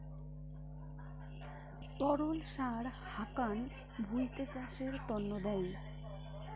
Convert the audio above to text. তরল সার হাকান ভুঁইতে চাষের তন্ন দেয়